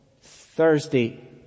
thursday